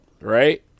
right